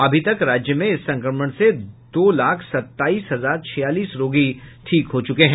अभी तक राज्य में इस संक्रमण से दो लाख सत्ताईस हजार छियालीस रोगी ठीक हो चुके हैं